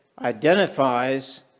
identifies